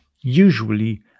usually